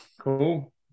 Cool